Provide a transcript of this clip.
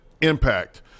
impact